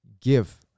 give